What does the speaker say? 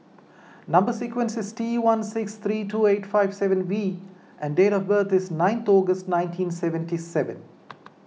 Number Sequence is T one six three two eight five seven V and date of birth is nine August nineteen seventy seven